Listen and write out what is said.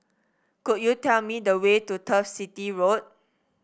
could you tell me the way to Turf City Road